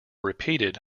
repeated